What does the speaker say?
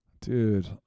Dude